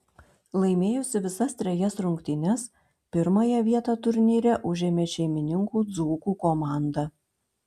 laimėjusi visas trejas rungtynes pirmąją vietą turnyre užėmė šeimininkų dzūkų komanda